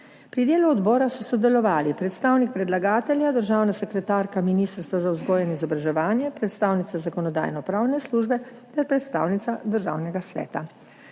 Pri delu odbora so sodelovali predstavnik predlagatelja, državna sekretarka Ministrstva za vzgojo in izobraževanje, predstavnica Zakonodajno-pravne službe ter predstavnica Državnega sveta.